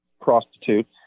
prostitute